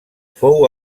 fou